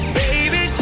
baby